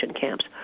camps